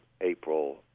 April